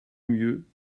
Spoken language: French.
mieux